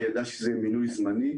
היא ידעה שזה מינוי זמני.